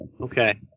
Okay